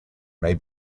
may